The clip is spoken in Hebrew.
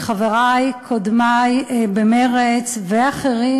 שחברי, קודמי במרצ ואחרים,